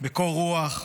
בקור רוח.